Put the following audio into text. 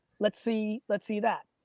let's see let's see that.